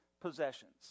possessions